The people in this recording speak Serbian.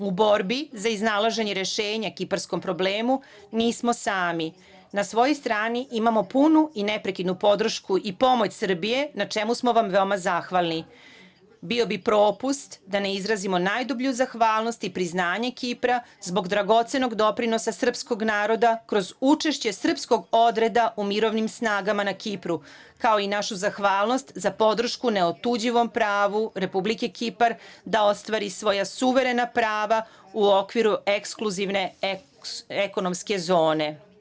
U borbi za iznalaženje rešenja kiparskom problemu nismo sami na svojoj strani imamo punu i neprekidnu podršku i pomoć Srbije na čemu smo vam veoma zahvalni, bio bi propust da ne izrazimo najdublju zahvalnost i priznanje Kipra zbog dragocenog doprinosa srpskog naroda kroz učešće srpskog odreda u mirovnim snagama na Kipru, kao i našu zahvalnost za podršku neotuđivom pravu Republike Kipar da ostvari svoja suverena prava u okviru ekskluzivne ekonomske zone.